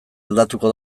aldatuko